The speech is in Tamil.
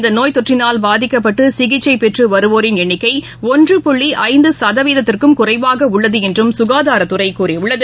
இந்தநோய் தொற்றினால் பாதிக்கப்பட்டுசிகிச்சைபெற்றுவருவோரின் எண்ணிக்கைஒன்று நாடுமுவதும் புள்ளிஐந்துசதவீதத்திற்கும் குறைவாகஉள்ளதுஎன்றும் சுகாதாரத்துறைகூறியுள்ளது